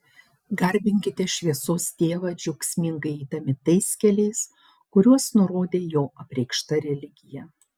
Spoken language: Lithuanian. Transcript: garbinkite šviesos dievą džiaugsmingai eidami tais keliais kuriuos nurodė jo apreikšta religija